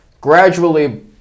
gradually